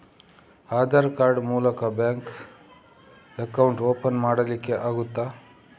Aadhaar card ಮೂಲಕ bank account open ಮಾಡಲಿಕ್ಕೆ ಆಗುತಾ?